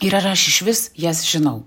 ir ar aš išvis jas žinau